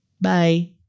Bye